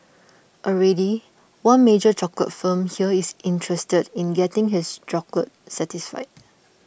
already one major chocolate firm here is interested in getting its chocolates certified